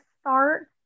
start